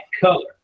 color